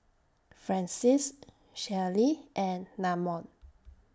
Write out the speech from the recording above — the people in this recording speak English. Francies Shelli and Namon